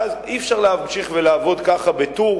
אי-אפשר להמשיך ולעבוד ככה בטור,